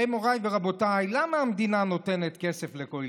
הרי מוריי ורבותיי, למה המדינה נותנת כסף לכוללים?